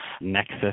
Nexus